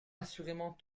assurément